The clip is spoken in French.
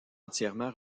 entièrement